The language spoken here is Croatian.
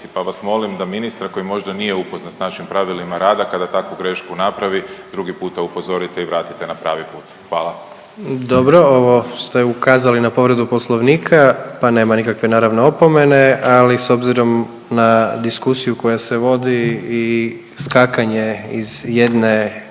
Pa vas molim da ministra koji možda nije upoznat s našim pravilima rada kada takvu grešku napravi, drugi puta upozorite i vratite na pravi put. Hvala. **Jandroković, Gordan (HDZ)** Dobro, ovo ste ukazali na povredu Poslovnika pa nema nikakve naravno opomene ali s obzirom na diskusiju koja se vodi i skakanje iz jedne